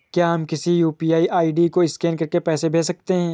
क्या हम किसी यू.पी.आई आई.डी को स्कैन करके पैसे भेज सकते हैं?